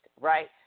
Right